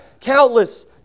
countless